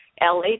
LA